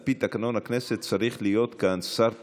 על פי תקנון הכנסת צריך להיות כאן שר תורן.